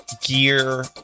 gear